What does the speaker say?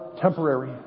temporary